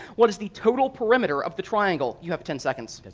what is the total perimeter of the triangle? you have ten seconds.